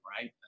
right